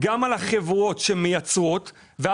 אבל יש להם עוד 20 פעולות אחרות שקשורות למיסוי